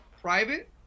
private